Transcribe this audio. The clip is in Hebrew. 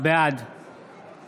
בעד